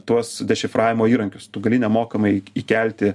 tuos dešifravimo įrankius tu gali nemokamai įkelti